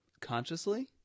Consciously